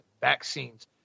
vaccines